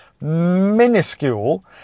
minuscule